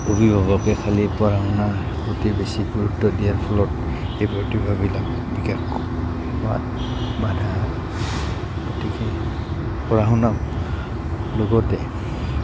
অভিভাৱকে খালি পঢ়া শুনাৰ প্ৰতি বেছি গুৰুত্ব দিয়াৰ ফলত সেই প্ৰতিভাবিলাক বিকাশ হোৱাত বাধা হয় গতিকে পঢ়া শুনাক লগতে